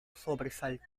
sobresalto